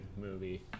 movie